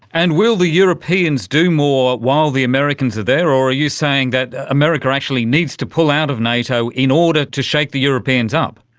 and will the europeans do more while the americans are there, or are you saying that america actually needs to pull out of nato in order to shake the europeans up?